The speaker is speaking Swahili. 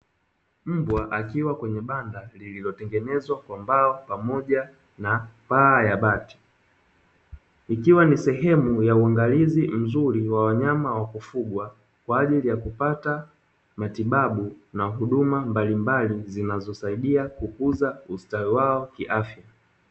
Mbwa akiwa kwenye banda lililotengenezwa kwa mbao pamoja na paa ya bati, ikiwa ni sehemu ya uangalizi mzuri wa wanyama wa kufugwa kwa ajili ya kupata matibabu na huduma mbalimbali zinazosaidia kukuza ustawi wao kiafya.